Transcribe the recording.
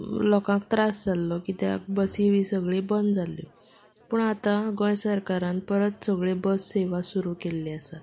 लोकांक त्रास जाल्लो कित्याक बसी बी सगळें बंद जाल्ल्यो पूण आतां गोंय सरकारान परत सगळ्यो बस सेवा सुरू केल्ली आसात